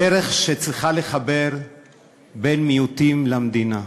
הדרך שצריכה לחבר בין מיעוטים למדינה,